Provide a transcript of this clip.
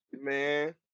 Man